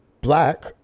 Black